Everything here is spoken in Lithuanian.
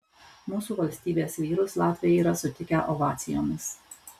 mūsų valstybės vyrus latviai yra sutikę ovacijomis